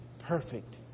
perfect